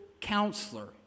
counselor